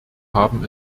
haben